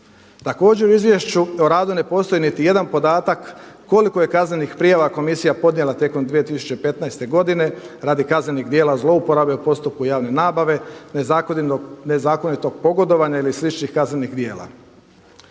Također u izvješću o radu ne postoji niti jedan podatak koliko je kaznenih prijava komisija podnijela tijekom 2015. godine radi kaznenih djela zlouporabe u postupku javne nabave, nezakonitog pogodovanja ili sličnih kaznenih djela.